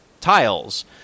tiles